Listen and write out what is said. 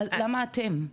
למה אתם?